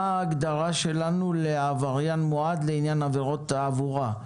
מה ההגדרה שלנו לעבריין מועד לעניין עבירות תעבורה?